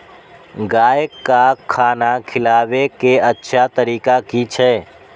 गाय का खाना खिलाबे के अच्छा तरीका की छे?